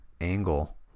angle